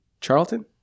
Charlton